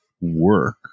work